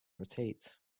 rotate